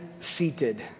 seated